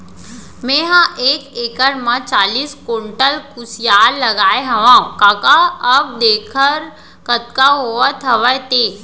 मेंहा एक एकड़ म चालीस कोंटल कुसियार लगाए हवव कका अब देखर कतका होवत हवय ते